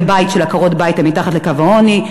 הבית של עקרות-הבית הם מתחת לקו העוני,